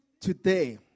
today